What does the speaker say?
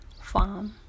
farm